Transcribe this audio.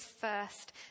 first